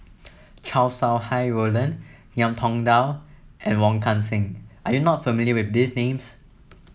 Chow Sau Hai Roland Ngiam Tong Dow and Wong Kan Seng are you not familiar with these names